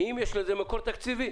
האם יש לזה מקור תקציבי?